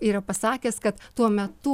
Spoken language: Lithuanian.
yra pasakęs kad tuo metu